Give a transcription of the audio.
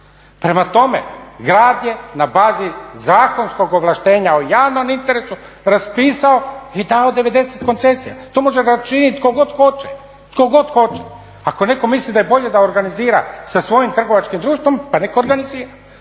Prema tome, grad je na bazi zakonskog ovlaštenja o javnom interesu raspisao i dao 90 koncesija. To može načinit tko god hoće, tko god hoće. Ako netko misli da je bolje da organizira sa svojim trgovačkim društvom pa nek' organizira.